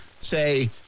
say